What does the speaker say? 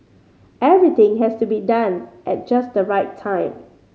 everything has to be done at just the right time